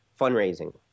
fundraising